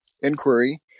inquiry